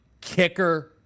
kicker